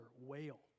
wail